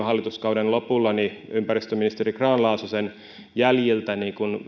hallituskauden lopulla ympäristöministeri grahn laasosen jäljiltä